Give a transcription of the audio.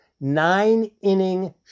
nine-inning